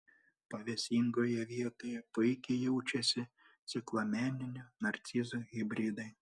pavėsingoje vietoje puikiai jaučiasi ciklameninių narcizų hibridai